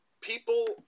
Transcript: people